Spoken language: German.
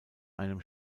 einem